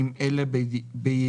אם אלה בידיעתה.